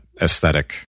aesthetic